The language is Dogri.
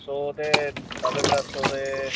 सौ ते साढ़े त्रै सौ